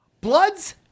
Bloods